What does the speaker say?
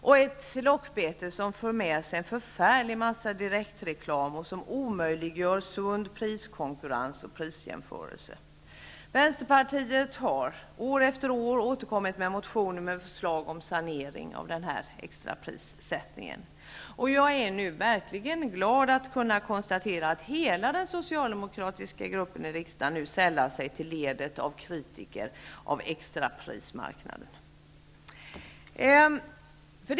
Det är ett lockbete som för med sig en förfärlig mängd direktreklam och omöjliggör sund priskonkurrens och prisjämförelse. Vänsterpartiet har år efter år återkommit med motioner med förslag om sanering av extraprissystemet. Jag är verkligen glad att kunna konstatera att hela den socialdemokratiska gruppen i riksdagen nu sällat sig till ledet av kritiker av extraprismarknaden.